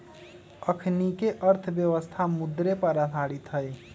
अखनीके अर्थव्यवस्था मुद्रे पर आधारित हइ